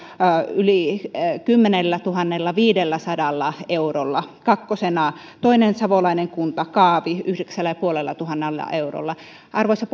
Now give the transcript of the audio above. yli kymmenellätuhannellaviidelläsadalla eurolla kakkosena toinen savolainen kunta kaavi yhdeksällätuhannellaviidelläsadalla eurolla arvoisa